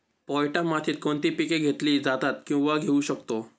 पोयटा मातीत कोणती पिके घेतली जातात, किंवा घेऊ शकतो?